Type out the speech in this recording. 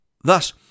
Thus